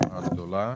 ברשימה הגדולה,